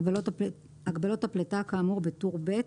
הגבלות הפליטה כאמור בטור ב'